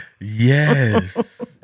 Yes